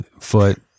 foot